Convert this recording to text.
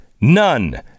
none